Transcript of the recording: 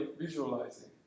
visualizing